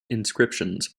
inscriptions